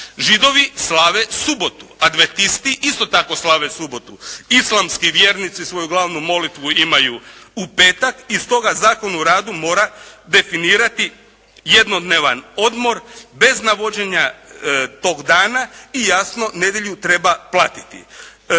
Židovi slave subotu, adventisti isto tako tako slave subotu, islamski vjernici svoju glavnu molitvu imaju u petak. I stoga, Zakon o radu mora definirati jednodnevan odmor bez navođenja tog dana i jasno nedjelju treba platiti.